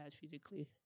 physically